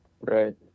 Right